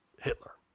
Hitler